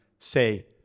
Say